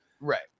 Right